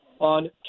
on